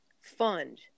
Fund